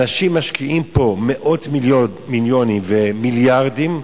אנשים משקיעים פה מאות מיליונים ומיליארדים,